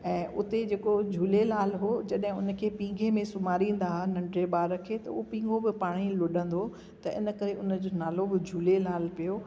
ऐं उते जेको झूलेलाल हो जॾहिं उने खे पिंघे में सुमारिंदा नंढे ॿार खे उओ पिंगो बि पाणई लुडंदो त इन करे उन जो नालो उहो झूलेलाल पियो